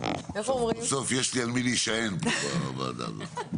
בסוף יש לי על מי להישען בוועדה הזאת.